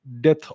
death